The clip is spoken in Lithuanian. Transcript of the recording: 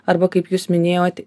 arba kaip jūs minėjot